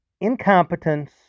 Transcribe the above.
incompetence